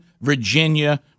Virginia